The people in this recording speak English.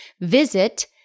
Visit